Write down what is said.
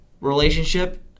relationship